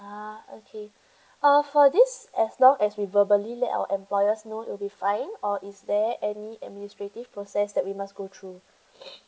ah okay uh for this as long as we verbally let our employers know will be fine or is there any administrative process that we must go through